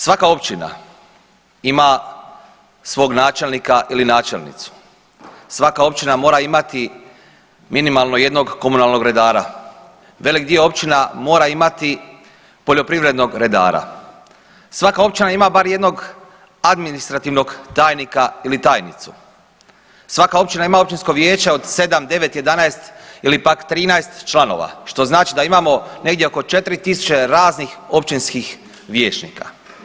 Svaka općina ima svog načelnika ili načelnicu, svaka općina mora imati minimalno jednog komunalnog redara, velik dio općina mora imati poljoprivrednog redara, svaka općina ima bar jednog administrativnog tajnika ili tajnicu, svaka općina ima općinsko vijeće od 7, 9, 11 ili pak 13 članova što znači da imamo negdje oko 4 tisuće raznih općinskih vijećnika.